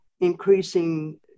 increasing